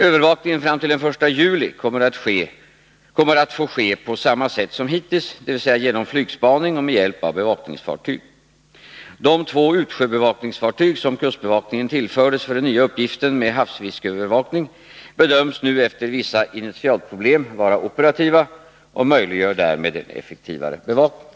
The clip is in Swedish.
Övervakningen fram till den 1 juli 1983 kommer att få ske på samma sätt som hittills, dvs. genom flygspaning och med hjälp av bevakningsfartyg. De två utsjöbevakningsfartyg som kustbevakningen tillfördes för den nya uppgiften med havsfiskeövervakning bedöms nu efter vissa initialproblem vara operativa och möjliggör därmed en effektivare bevakning.